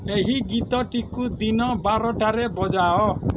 ଏହି ଗୀତଟିକୁ ଦିନ ବାରଟାରେ ବଜାଅ